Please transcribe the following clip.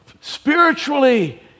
spiritually